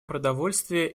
продовольствие